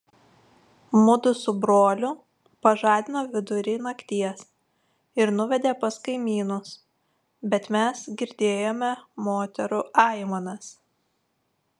mudu su broliu pažadino vidury nakties ir nuvedė pas kaimynus bet mes girdėjome moterų aimanas